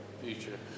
future